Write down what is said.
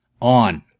On